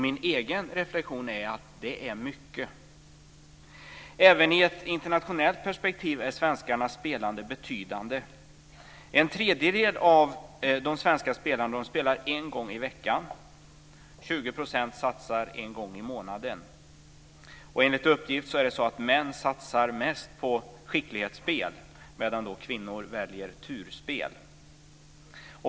Min egen reflexion är att det är mycket. Även i ett internationellt perspektiv är svenskarnas spelande betydande. En tredjedel av de svenska spelarna spelar en gång i veckan. 20 % satsar en gång i månaden. Enligt uppgift satsar män mest på skicklighetsspel medan kvinnor väljer turspel.